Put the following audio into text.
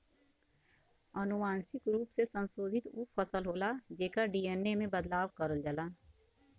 अनुवांशिक रूप से संशोधित उ फसल होला जेकर डी.एन.ए में बदलाव करल जाला